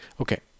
Okay